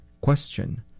Question